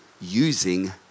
using